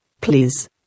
please